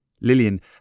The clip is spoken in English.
Lillian